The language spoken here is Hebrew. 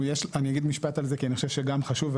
אני אגיד משפט על זה כי אני חושב שגם חשוב,